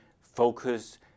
focus